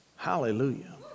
Hallelujah